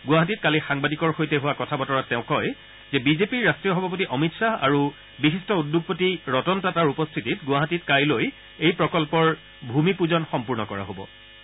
গুৱাহাটীত কালি সাংবাদিকৰ সৈতে হোৱা কথা বতৰাত তেওঁ কয় যে বিজেপিৰ ৰাট্টীয় সভাপতি অমিত খাহ আৰু বিশিষ্ট উদ্যোপতি ৰতন টাটাৰ উপস্থিতিত গুৱাহাটীত কাইলৈ এই প্ৰকল্পৰ ভূমিপূজন সম্পূৰ্ণ কৰা হ'ব